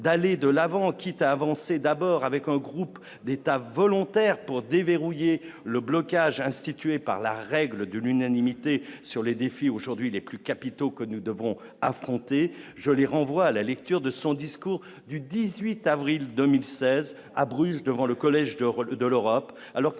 d'aller de l'avant, quitte à avancer, d'abord avec un groupe d'États volontaires pour déverrouiller le blocage institué par la règle de l'unanimité sur les défis aujourd'hui les plus capitaux que nous devons affronter, je les renvoie à la lecture de son discours du 18 avril 2016 à Bruz devant le collège de de l'Europe,